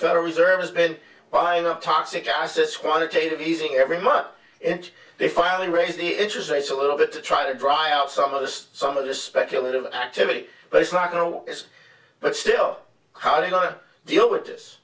federal reserve has been buying up toxic assets quantitative easing every month and they finally raise the interest rates a little bit to try to dry out some of those some of the speculative activity but it's like no one is but still how do you not deal with this